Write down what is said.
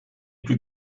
plus